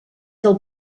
del